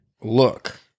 look